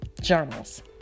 journals